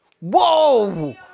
Whoa